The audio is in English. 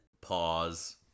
Pause